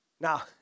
Now